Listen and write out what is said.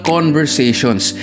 Conversations